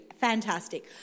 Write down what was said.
fantastic